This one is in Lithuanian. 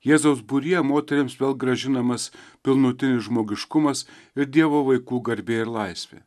jėzaus būryje moterims vėl grąžinamas pilnutinis žmogiškumas ir dievo vaikų garbė ir laisvė